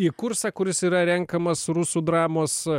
į kursą kuris yra renkamas rusų dramos